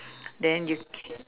then you